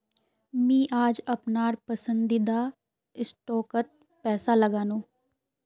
मी आज अपनार पसंदीदा स्टॉकत पैसा लगानु